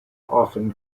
often